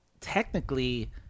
technically